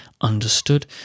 understood